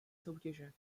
soutěže